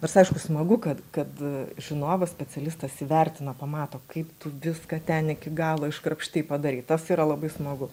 nors aišku smagu kad kad žinovas specialistas įvertina pamato kaip tu viską ten iki galo iškrapštei padarei tas yra labai smagu